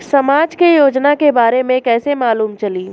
समाज के योजना के बारे में कैसे मालूम चली?